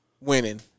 winning